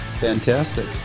Fantastic